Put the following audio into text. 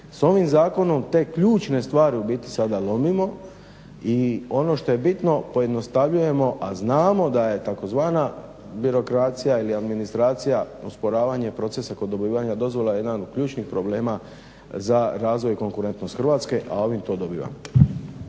S ovim zakonom te ključne stvari u biti sada lomimo i ono što je bitno pojednostavljujemo, a znamo da je tzv. birokracija ili administracija usporavanje procesa kod dobivanja dozvola jedan od ključnih problema za razvoj i konkurentnost Hrvatske, a ovime to dobiva.